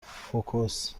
فوکس